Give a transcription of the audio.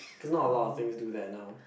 cause not a lot of things do that now